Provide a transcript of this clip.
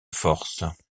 force